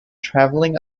travelling